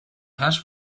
hash